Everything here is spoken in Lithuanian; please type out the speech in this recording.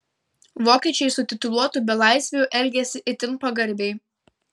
vokiečiai su tituluotu belaisviu elgėsi itin pagarbiai